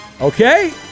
Okay